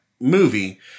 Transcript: movie